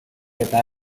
eta